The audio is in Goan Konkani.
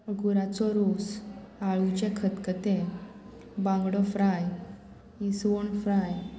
अकुराचो रोस आळूचे खतखते बांगडो फ्राय इसवण फ्राय